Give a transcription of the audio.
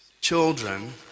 children